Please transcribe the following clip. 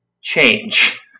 change